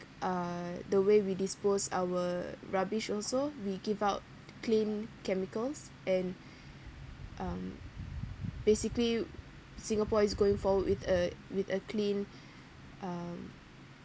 uh the way we dispose our rubbish also we give out clean chemicals and um basically singapore is going forward with a with a clean um